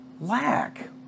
lack